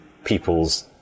people's